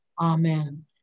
Amen